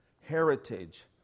heritage